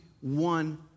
one